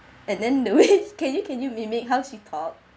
and then the way can you can you mimic how she talk